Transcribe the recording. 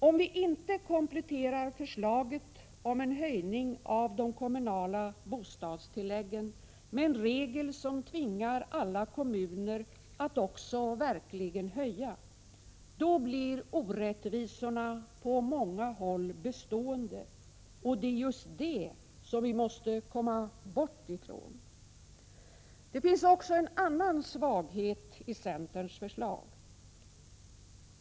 Om vi inte kompletterar förslaget om en höjning av de kommunala bostadstilläggen med en regel som tvingar alla kommuner att också verkligen höja — då blir orättvisorna på många håll bestående. Och det är just detta vi måste komma bort ifrån. Det finns också en annan svaghet i centerns förslag.